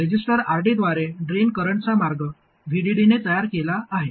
resistor RD द्वारे drain करंटचा मार्ग VDD ने तयार केला आहे